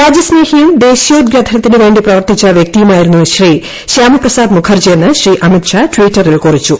രാജ്യസ്നേഹിയും ദേശീയോദ്ഗ്രഥനത്തിനുവേണ്ടി പ്രവർത്തിച്ച വൃക്തിയുമായിരുന്നു ശ്രീ ശ്യാമപ്രസാദ് മുഖർജിയെന്ന് ശ്രീ അമിത് ഷാ ട്വിറ്ററിൽ കുറിച്ചു